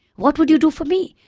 what would you do for me?